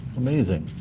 amazing.